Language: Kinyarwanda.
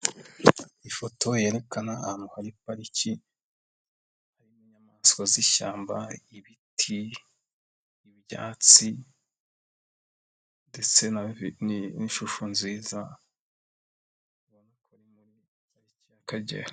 Ifoto yerekana ahantu hari pariki, harimo inyamaswa zishyamba, ibiti, ibyatsi ndetse n'ishusho nziza ubona ko ari muri pariki y'akagera.